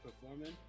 performing